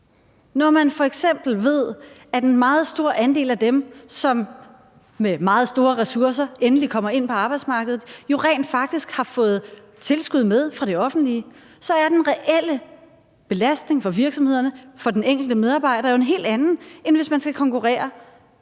ved f.eks., at en meget stor andel af dem, som med meget store ressourcer endelig kommer ind på arbejdsmarkedet, jo rent faktisk har fået tilskud med fra det offentlige, og så er den reelle belastning for virksomhederne og for den enkelte medarbejder jo en helt anden, end hvis man skal konkurrere